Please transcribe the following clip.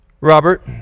Robert